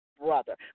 brother